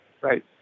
Right